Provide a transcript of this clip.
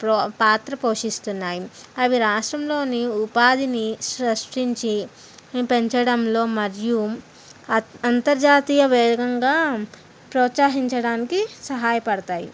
ప్ర పాత్ర పోషిస్తున్నాయి అవి రాష్ట్రంలోని ఉపాధిని సృష్టించి పెంచడంలో మరియు అంతర్జాతీయ వేగంగా ప్రోత్సహించడానికి సహాయపడుతాయి